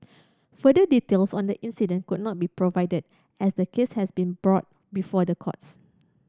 further details on the incident could not be provided as the case has been brought before the courts